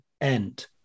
end